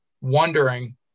wondering